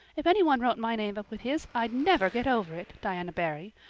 if anyone wrote my name up with his i'd never get over it, diana barry.